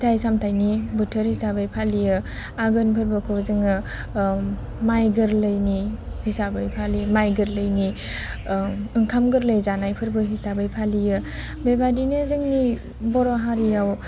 फिथाइ सामथायनि बोथोर हिसाबै फालियो आघोन फोरबोखौ जोङो माय गोरलैनि हिसाबै फालियो माय गोरलैनि ओंखाम गोरलै जानाय फोरबो हिसाबै फालियो बेबायदिनो जोंनि बर' हारियाव